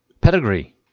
Pedigree